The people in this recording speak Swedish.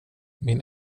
min